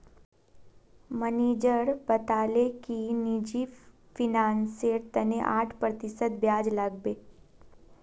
manager बताले कि निजी फिनांसेर तने आठ प्रतिशत ब्याज लागबे